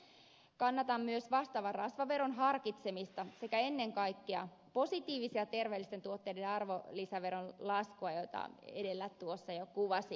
kannatan myös vastaavan rasvaveron harkitsemista sekä ennen kaikkea positiivisten ja terveellisten tuotteiden arvonlisäveron laskua jota edellä tuossa jo kuvasinkin